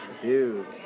Dude